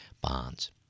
bonds